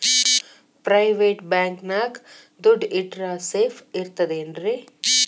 Private bank ನ್ಯಾಗ್ ದುಡ್ಡ ಇಟ್ರ ಸೇಫ್ ಇರ್ತದೇನ್ರಿ?